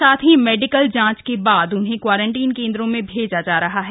साथ ही मेडिकल जांच के बाद उन्हें क्वारंटीन केंद्रों में भेजा जा रहा है